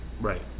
Right